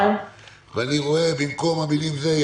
ואני רואה במקום המילים כך וכך,